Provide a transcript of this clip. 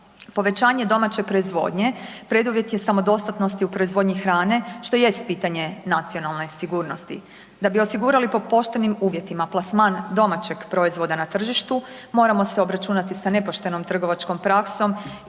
Povećanje domaće proizvodnje preduvjet samodostatnosti u proizvodnji hrane što jest pitanje nacionalne sigurnosti. Da bi osigurali po poštenim uvjetima plasman domaćeg proizvoda na tržištu, moramo se obračunati sa nepoštenom trgovačkom praksom